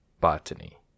Botany